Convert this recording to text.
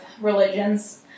religions